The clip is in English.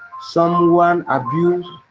someone abuse.